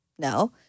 No